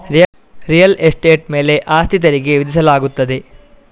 real estate ಮೇಲೆ ಆಸ್ತಿ ತೆರಿಗೆ ವಿಧಿಸಲಾಗುತ್ತದೆ